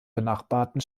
benachbarten